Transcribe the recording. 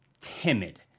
timid